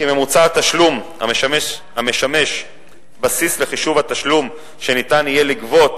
כי ממוצע התשלום המשמש בסיס לחישוב התשלום שניתן יהיה לגבות